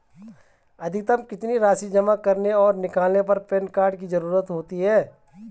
अधिकतम कितनी राशि जमा करने और निकालने पर पैन कार्ड की ज़रूरत होती है?